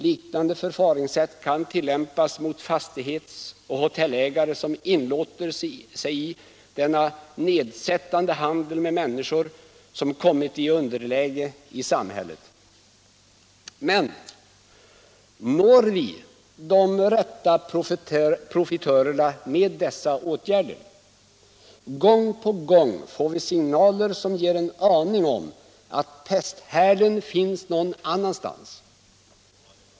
Liknande förfaringssätt kan tillämpas mot fastighets och hotellägare som inlåter sig på denna nedsättande handel med människor som kommit i underläge i samhället. Men når vi de rätta profitörerna med dessa åtgärder? Gång på gång får vi signaler som ger en aning om att pesthärden finns någon annanstans.